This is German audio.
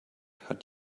hat